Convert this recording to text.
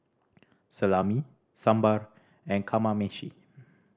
Salami Sambar and Kamameshi